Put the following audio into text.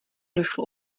došlo